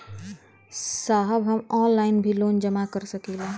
साहब हम ऑनलाइन भी लोन जमा कर सकीला?